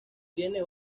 tiene